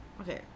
Okay